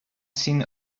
seen